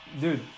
dude